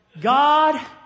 God